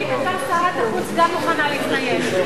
אני בתור שרת החוץ גם מוכנה להתחייב.